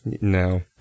No